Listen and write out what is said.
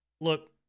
Look